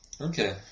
Okay